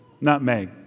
nutmeg